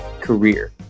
career